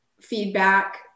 feedback